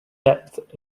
depth